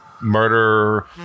murder